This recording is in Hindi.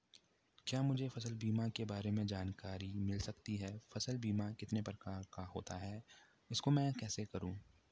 क्या मुझे फसल बीमा के बारे में जानकारी मिल सकती है फसल बीमा कितने प्रकार का होता है इसको मैं कैसे करूँ?